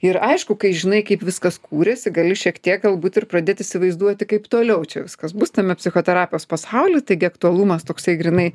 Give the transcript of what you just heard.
ir aišku kai žinai kaip viskas kūrėsi gali šiek tiek galbūt ir pradėti įsivaizduoti kaip toliau čia viskas bus tame psichoterapijos pasauly taigi aktualumas toksai grynai